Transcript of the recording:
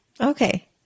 Okay